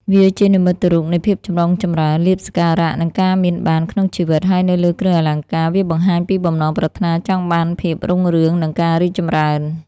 វាជានិមិត្តរូបនៃ ភាពចម្រុងចម្រើន លាភសក្ការៈ និងការមានបាន ក្នុងជីវិត ហើយនៅលើគ្រឿងអលង្ការ វាបង្ហាញពីបំណងប្រាថ្នាចង់បានភាពរុងរឿង និងការរីកចម្រើន។